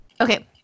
Okay